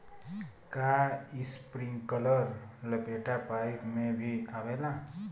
का इस्प्रिंकलर लपेटा पाइप में भी आवेला?